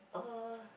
uh